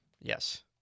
Yes